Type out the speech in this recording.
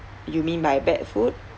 you mean by bad food